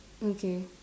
okay